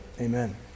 Amen